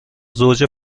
زوج